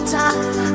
time